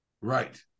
Right